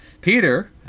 Peter